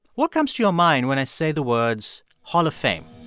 what comes to your mind when i say the words hall of fame?